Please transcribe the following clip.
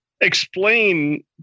explain